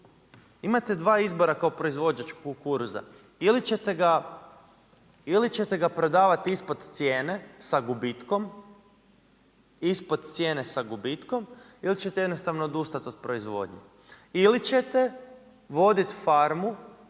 imate dva izbora kao proizvođač kukuruza, ili ćete ga prodavati ispod cijene sa gubitkom, ispod cijene sa gubitkom ili ćete jednostavno odustati od proizvodnje ili ćete voditi farmu,